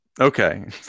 okay